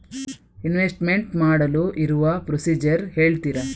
Investment ಮಾಡಲು ಇರುವ procedure ಹೇಳ್ತೀರಾ?